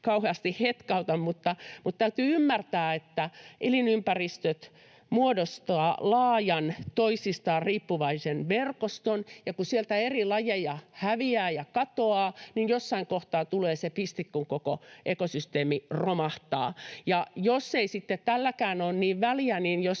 kauheasti hetkauta, mutta täytyy ymmärtää, että elinympäristöt muodostavat laajan toisistaan riippuvaisen verkoston ja kun sieltä eri lajeja häviää ja katoaa, niin jossain kohtaa tulee se piste, kun koko ekosysteemi romahtaa. Jos ei sitten tälläkään ole niin väliä,